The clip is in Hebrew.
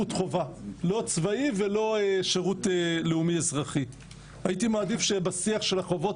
40 ומשהו יוצא עכשיו לתעסוקה של שלושה שבועות בדרום הר חברון.